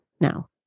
now